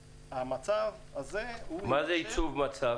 המצב הזה הוא -- מה זה ייצוב מצב?